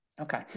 Okay